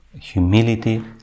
humility